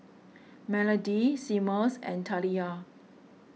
Melodie Seamus and Taliyah